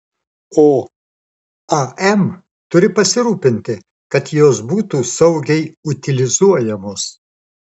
o am turi pasirūpinti kad jos būtų saugiai utilizuojamos